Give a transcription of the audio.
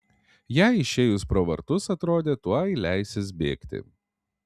jai išėjus pro vartus atrodė tuoj leisis bėgti